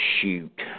shoot